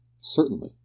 Certainly